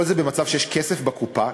כל זה במצב שיש כסף בקופה.